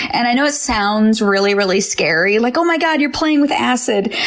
and i know it sounds really, really scary, like, oh my god, you're playing with acid!